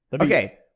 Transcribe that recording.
Okay